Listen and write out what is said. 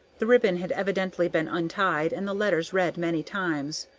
the ribbon had evidently been untied and the letters read many times.